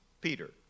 Peter